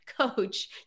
coach